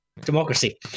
democracy